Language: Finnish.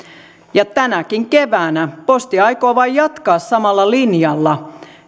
ja tänäkin keväänä posti aikoo vain jatkaa samalla linjalla